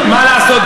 מה לעשות,